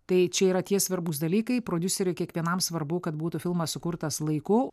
tai čia yra tie svarbūs dalykai prodiuseriui kiekvienam svarbu kad būtų filmas sukurtas laiku